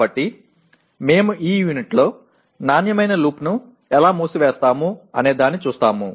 కాబట్టి మేము ఈ యూనిట్లో నాణ్యమైన లూప్ను ఎలా మూసివేస్తాము అనే దాన్ని చూస్తాము